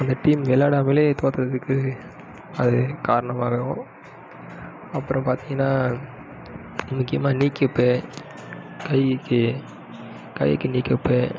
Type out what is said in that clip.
அந்த டீம் விளாடாமலே தோற்றதுக்கு அது காரணமாகிடும் அப்பறம் பார்த்தீங்கனா முக்கியமாக நீ கீப்பு கையிக்கு கையிக்கு நீ கிப்பு